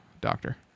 doctor